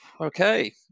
okay